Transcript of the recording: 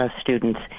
students